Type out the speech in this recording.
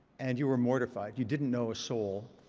and you were mortified. you didn't know a soul.